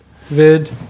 Vid